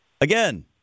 again